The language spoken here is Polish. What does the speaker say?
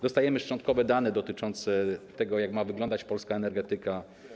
Dostajemy szczątkowe dane dotyczące tego, jak ma wyglądać polska energetyka.